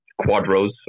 Quadros